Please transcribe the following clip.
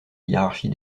hiérarchie